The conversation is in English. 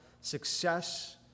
success